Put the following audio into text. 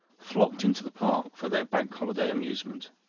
flocked into the park for their bank holiday amusement.